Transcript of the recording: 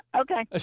Okay